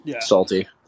salty